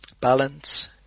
balance